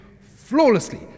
flawlessly